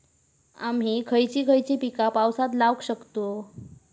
आम्ही खयची खयची पीका पावसात लावक शकतु?